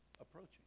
approaching